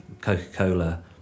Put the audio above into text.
Coca-Cola